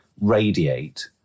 radiate